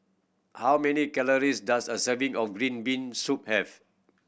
how many calories does a serving of green bean soup have